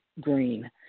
Green